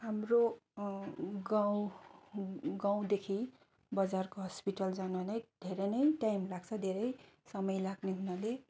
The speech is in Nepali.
हाम्रो गाउँ गाउँदेखि बजारको हस्पिटल जानलाई धेरै नै टाइम लाग्छ धेरै समय लाग्ने हुनाले